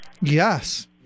Yes